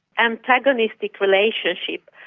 antagonistic relationships,